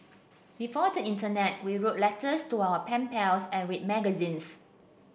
before the internet we wrote letters to our pen pals and read magazines